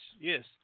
yes